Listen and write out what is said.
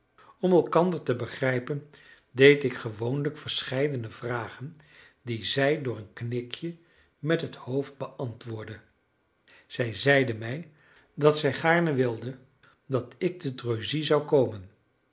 om elkander te begrijpen deed ik gewoonlijk verscheidene vragen die zij door een knikje met het hoofd beantwoordde zij zeide mij dat zij gaarne wilde dat ik te dreuzy zou komen